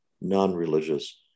non-religious